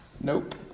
Nope